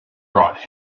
brought